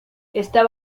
esta